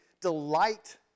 delight